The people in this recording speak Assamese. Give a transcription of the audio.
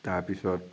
তাৰপিছত